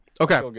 Okay